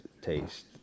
taste